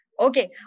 Okay